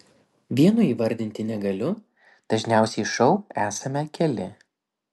vieno įvardinti negaliu dažniausiai šou esame keli